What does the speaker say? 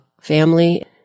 family